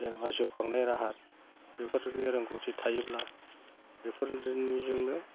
जेनेबा जिउ खांनाय राहा बेफोरनि रोंगौथि थायोब्ला बेफोरनिजोंनो